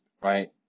right